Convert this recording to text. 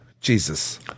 Jesus